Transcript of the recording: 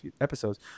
episodes